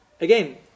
again